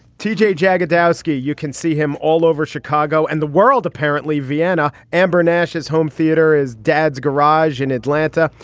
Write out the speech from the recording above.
t j. jag ozdowski you can see him all over chicago and the world apparently vienna amber nash is home theater is dad's garage in atlanta.